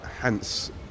hence